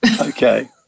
Okay